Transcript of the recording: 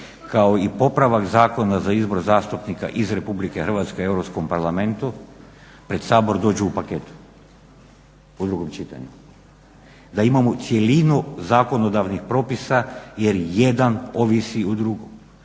kao i popravak Zakona za izbor zastupnika iz RH u EU parlamentu pred Sabor dođu u paketu u drugom čitanju, da imamo cjelinu zakonodavnih propisa jer jedan ovisi o drugom.